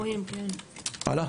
זו